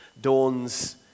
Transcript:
Dawns